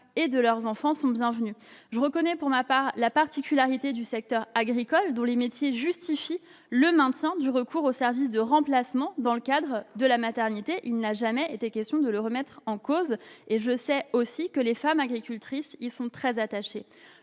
et de leurs enfants sont bienvenues. Je reconnais pour ma part la particularité du secteur agricole, dont les métiers justifient le maintien du recours au service de remplacement dans le cadre de la maternité. Il n'a jamais été question de le remettre en cause. Je sais que les femmes agricultrices y sont très attachées.